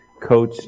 coach